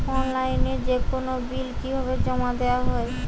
অনলাইনে যেকোনো বিল কিভাবে জমা দেওয়া হয়?